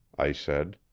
i said.